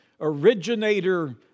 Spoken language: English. originator